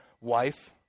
wife